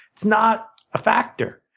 it's not a factor.